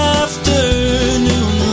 afternoon